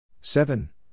Seven